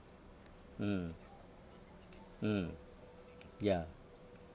mm mm ya